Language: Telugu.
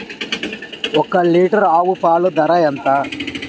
ఒక్క లీటర్ ఆవు పాల ధర ఎంత?